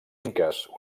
inques